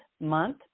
month